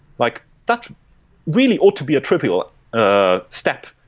like that's really ought to be a trivial ah step,